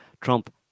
trump